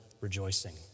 rejoicing